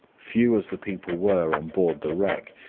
few as the people were on board the wreck,